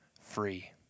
free